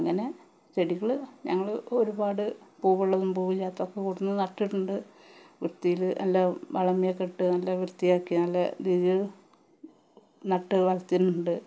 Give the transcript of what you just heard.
അങ്ങനെ ചെടികള് ഞങ്ങള് ഒരുപാട് പൂ ഉള്ളതും പൂവില്ലാത്തതുമൊക്കെ കൊണ്ടുവന്ന് നട്ടിട്ടുണ്ട് വൃത്തിയില് നല്ല വളമെല്ലാം ഇട്ട് നല്ല വൃത്തിയാക്കി നല്ല രീതിയില് നട്ടുവളര്ത്തിയിട്ടുണ്ട്